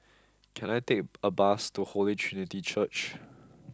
can I take a bus to Holy Trinity Church